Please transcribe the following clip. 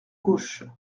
gauche